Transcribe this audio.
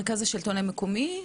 במרכז השלטון המקומי.